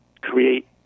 create